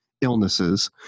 illnesses